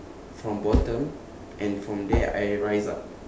from bottom and from there I rise up